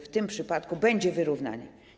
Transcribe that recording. W tym przypadku będzie wyrównanie.